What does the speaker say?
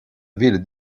ville